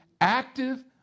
active